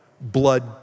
blood